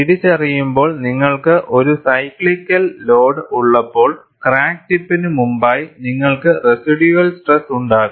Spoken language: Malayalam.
തിരിച്ചറിയുമ്പോൾ നിങ്ങൾക്ക് ഒരു സൈക്ലിക്കൽ ലോഡ് ഉള്ളപ്പോൾ ക്രാക്ക് ടിപ്പിന് മുമ്പായി നിങ്ങൾക്ക് റെസിഡ്യൂവൽ സ്ട്രെസ് ഉണ്ടാകും